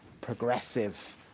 progressive